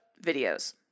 videos